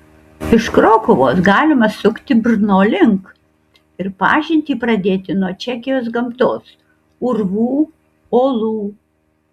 iš krokuvos galima sukti brno link ir pažintį pradėti nuo čekijos gamtos urvų olų